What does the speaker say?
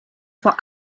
vor